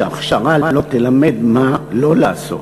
שהכשרה לא תלמד מה לא לעשות.